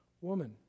woman